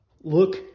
look